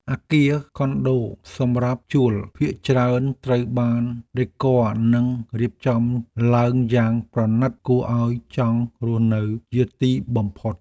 អគារខុនដូសម្រាប់ជួលភាគច្រើនត្រូវបានដេគ័រនិងរៀបចំឡើងយ៉ាងប្រណីតគួរឱ្យចង់រស់នៅជាទីបំផុត។